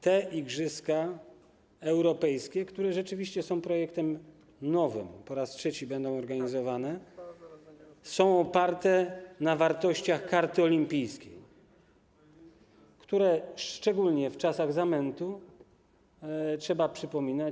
Te igrzyska europejskie, które rzeczywiście są nowym projektem, po raz trzeci będą organizowane, są oparte na wartościach Karty Olimpijskiej, które szczególnie w czasach zamętu trzeba przypominać.